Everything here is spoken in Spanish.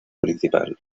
principal